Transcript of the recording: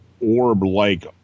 orb-like